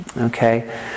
Okay